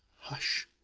hush!